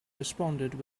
responded